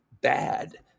bad